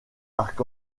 arc